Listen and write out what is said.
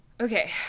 okay